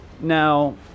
Now